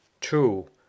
two